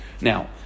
now